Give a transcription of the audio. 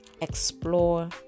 Explore